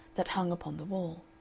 that hung upon the wall.